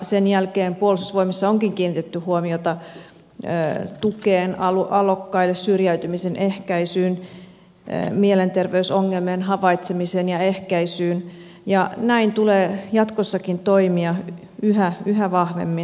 sen jälkeen puolustusvoimissa onkin kiinnitetty huomiota tukeen alokkaille syrjäytymisen ehkäisyyn mielenterveysongelmien havaitsemiseen ja ehkäisyyn ja näin tulee jatkossakin toimia yhä vahvemmin